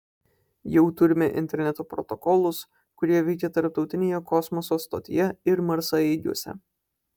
jau turime interneto protokolus kurie veikia tarptautinėje kosmoso stotyje ir marsaeigiuose